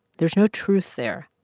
there's no truth there.